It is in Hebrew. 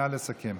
נא לסכם.